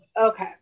Okay